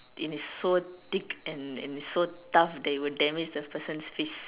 and it's so thick and and it's so tough that it will damage the person's face